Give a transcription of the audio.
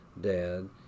Dad